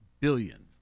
billion